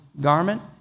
garment